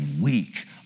weak